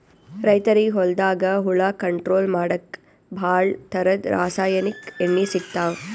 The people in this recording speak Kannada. ರೈತರಿಗ್ ಹೊಲ್ದಾಗ ಹುಳ ಕಂಟ್ರೋಲ್ ಮಾಡಕ್ಕ್ ಭಾಳ್ ಥರದ್ ರಾಸಾಯನಿಕ್ ಎಣ್ಣಿ ಸಿಗ್ತಾವ್